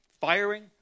firing